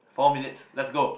four minutes let's go